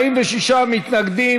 מנואל טרכטנברג,